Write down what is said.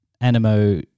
Animo